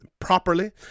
properly